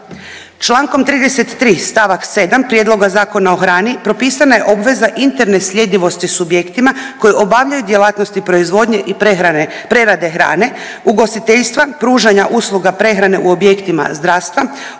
Čl. 33. st. 7. prijedloga Zakona o hrani propisana je obveza interne sljedivosti subjektima koji obavljaju djelatnosti proizvodnje i prehrane, prerade hrane, ugostiteljstva, pružanja usluga prehrane u objektima zdravstva,